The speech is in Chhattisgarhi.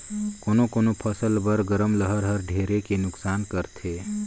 कोनो कोनो फसल बर गरम लहर हर ढेरे के नुकसानी करथे